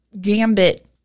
gambit